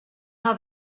how